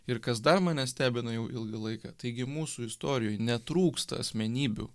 ir kas dar mane stebina jau ilgą laiką taigi mūsų istorijoj netrūksta asmenybių